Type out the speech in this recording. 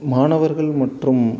மாணவர்கள் மற்றும்